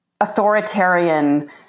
authoritarian